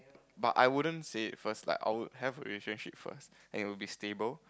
but I wouldn't say it first like I would have relationship first and it would be stable